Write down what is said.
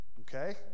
Okay